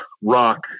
rock